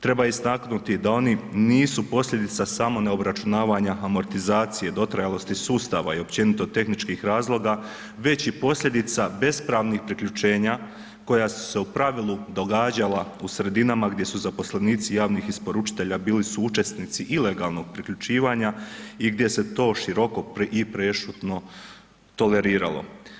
Treba istaknuti da oni nisu posljedica samo neobračunavanja amortizacije dotrajalosti sustava i općenito tehničkih razloga već i posljedica bespravnih priključenja koja su se u pravilu događala u sredinama gdje su zaposlenici javnih isporučitelja bili suučesnici ilegalnog priključivanja i gdje se to široko i prešutno toleriralo.